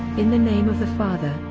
in the name of the father,